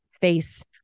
face